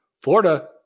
Florida